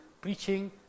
preaching